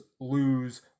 lose